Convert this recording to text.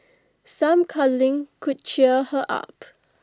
some cuddling could cheer her up